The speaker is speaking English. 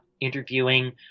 interviewing